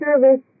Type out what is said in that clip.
service